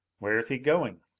where's he going!